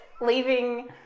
leaving